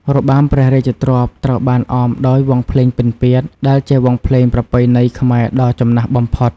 របាំព្រះរាជទ្រព្យត្រូវបានអមដោយ វង់ភ្លេងពិណពាទ្យ ដែលជាវង់ភ្លេងប្រពៃណីខ្មែរដ៏ចំណាស់បំផុត។